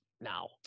now